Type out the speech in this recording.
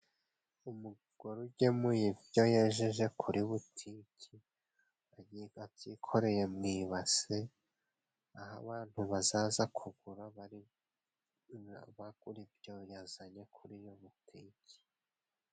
Umugore ugemo ibyo yejeje kuri butiki, akaba abyikoreye mu ibase, aho abantu bazaza kugura, bagura ibyo yazanye kuri iyo butiki.